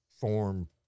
form